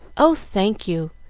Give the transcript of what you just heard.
oh, thank you!